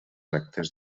actes